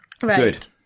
Good